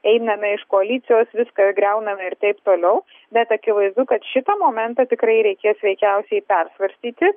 einame iš koalicijos viską griauname ir taip toliau bet akivaizdu kad šitą momentą tikrai reikės veikiausiai persvarstyti